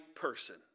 person